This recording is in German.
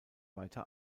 weiter